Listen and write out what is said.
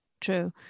True